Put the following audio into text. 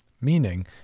meaning